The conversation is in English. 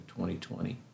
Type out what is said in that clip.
2020